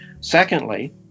Secondly